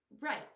Right